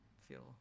feel